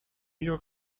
york